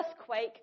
earthquake